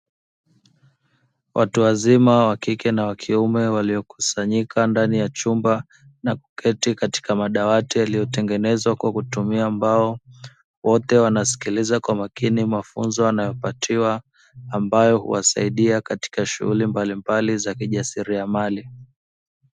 Watu wazima wa kike na wa kiume waliokusanyika ndani ya chumba na kuketi katika madawati yaliyotengenezwa kwa kutumia mbao; wote wanasikiliza kwa makini mafunzo wanayopatiwa, ambayo huwasaidia katika shughuli mbalimbali za kijasiriamali.